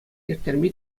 ирттерме